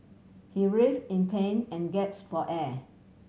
he writhe in pain and gasp for air